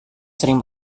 sering